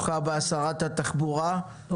שרת התחבורה,